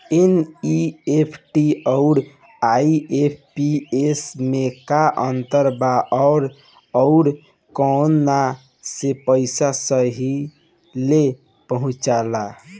NEFT आउर IMPS मे का अंतर बा और आउर कौना से पैसा पहिले पहुंचेला?